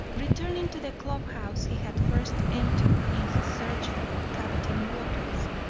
returning to the club-house he had first entered in his search for captain wattles,